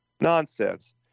Nonsense